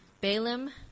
Balaam